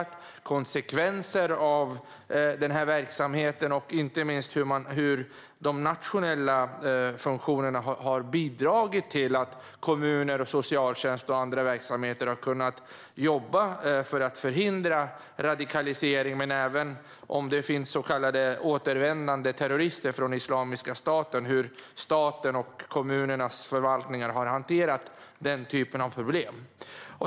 Det rör även konsekvenser av verksamheten och inte minst hur de nationella funktionerna har bidragit till att kommuner, socialtjänst och andra verksamheter har kunnat jobba för att förhindra radikalisering - men även, om det finns så kallade återvändande terrorister från Islamiska staten, hur staten och kommunernas förvaltningar har hanterat den typen av problem.